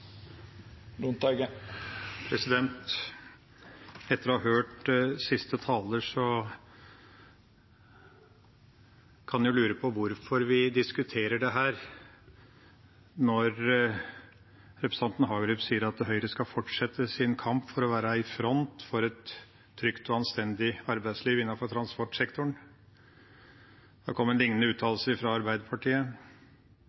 kan en jo lure på hvorfor vi diskuterer dette. Representanten Hagerup sier at Høyre skal fortsette sin kamp for å være i front for et trygt og anstendig arbeidsliv innenfor transportsektoren. Det har kommet lignende